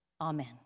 Amen